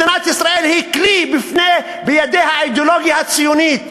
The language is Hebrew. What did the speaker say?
מדינת ישראל היא כלי בידי האידיאולוגיה הציונית,